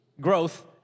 growth